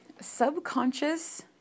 subconscious